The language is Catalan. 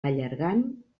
allargant